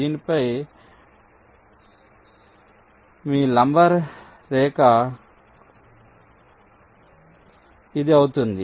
దీనిపై మీ లంబ రేఖ ఇది అవుతుంది